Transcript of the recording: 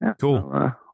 Cool